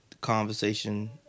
conversation